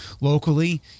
locally